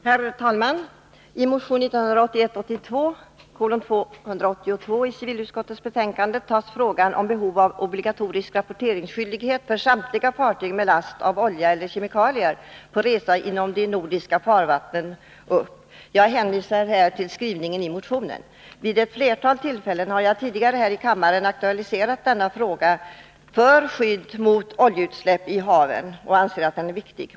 Herr talman! I motion 1981/82:282 som behandlas i civilutskottets betänkande nr 40 tas frågan om behov av obligatorisk rapporteringsskyldighet för samtliga fartyg med last av olja eller kemikalier på resa inom de nordiska farvattnen upp. Jag hänvisar här till skrivningen i motionen, då det är starka önskemål om att alla anföranden bör starkt begränsas. Vid flera tillfällen har jag tidigare här i kammaren aktualiserat denna fråga om skydd mot oljeutsläpp i haven och anser att det är en viktig fråga.